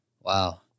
wow